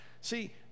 See